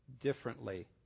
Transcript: differently